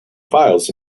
files